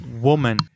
woman